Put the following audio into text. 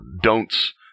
don'ts